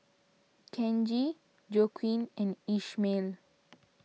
Kenji Joaquin and Ishmael